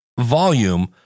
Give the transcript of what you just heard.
volume